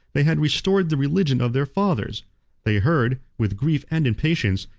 they had restored the religion of their fathers they heard, with grief and impatience,